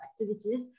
activities